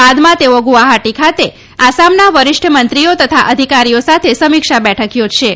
બાદમાં તેઓ ગુવાહાટી ખાતે આસામના વરિષ્ઠ મંત્રીઓ તથા અધિકારીઓ સાથે સમીક્ષા બેઠક થાા શે